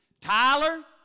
Tyler